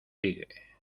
tigre